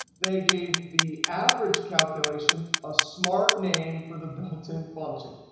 they gave the average calculation a smart name for the built-in function.